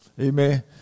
Amen